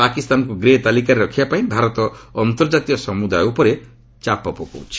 ପାକିସ୍ତାନକୁ ଗ୍ରେ ତାଲିକାରେ ରଖିବା ପାଇଁ ଭାରତ ଅନ୍ତର୍ଜାତୀୟ ସମୁଦାୟ ଉପରେ ଚାପ ପକାଉଛି